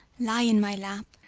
lie in my lap.